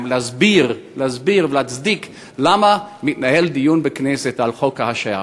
ולהסביר ולהצדיק למה מתנהל בכנסת דיון על חוק ההשעיה.